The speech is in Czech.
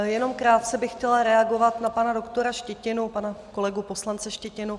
Jenom krátce bych chtěla reagovat na pana doktora Štětinu, pana kolegu poslance Štětinu.